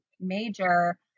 major